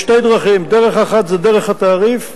יש שתי דרכים: דרך אחת זה דרך התעריף,